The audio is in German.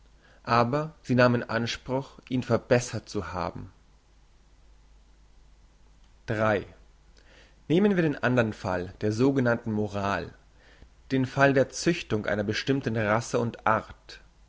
aber sie nahm in anspruch ihn verbessert zu haben nehmen wir den andern fall der sogenannten moral den fall der züchtung einer bestimmten rasse und art